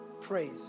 praise